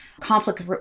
conflict